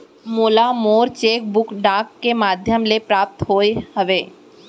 मोला मोर cheque book डाक के मध्याम ले प्राप्त होय हवे